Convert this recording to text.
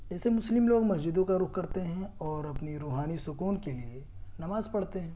جیسے مسلم لوگ مسجدوں کا رخ کرتے ہیں اور اپنی روحانی سکون کے لیے نماز پڑھتے ہیں